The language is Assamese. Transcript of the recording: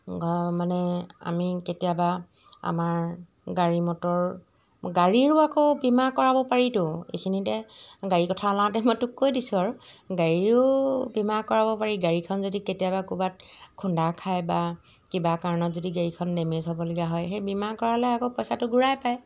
ঘৰ মানে আমি কেতিয়াবা আমাৰ গাড়ী মটৰগাড়ীৰো আকৌ বীমা কৰাব পাৰিতো এইখিনিতে গাড়ীৰ কথা ওলাওঁতে মই তোক কৈ দিছোঁ আৰু গাড়ীও বীমা কৰাব পাৰি গাড়ীখন যদি কেতিয়াবা ক'ৰবাত খুন্দা খায় বা কিবা কাৰণত যদি গাড়ীখন ডেমেজ হ'বলগীয়া হয় সেই বীমা কৰালে আকৌ পইচাটো ঘূৰাই পায়